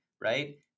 right